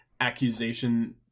accusation